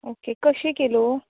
okay कशीं kilo